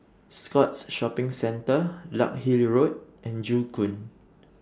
Scotts Shopping Centre Larkhill Road and Joo Koon